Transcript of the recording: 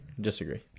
Disagree